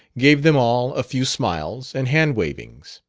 gave them all a few smiles and hand wavings